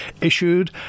issued